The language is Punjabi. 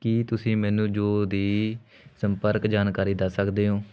ਕੀ ਤੁਸੀਂ ਮੈਨੂੰ ਜੋ ਦੀ ਸੰਪਰਕ ਜਾਣਕਾਰੀ ਦੱਸ ਸਕਦੇ ਹੋ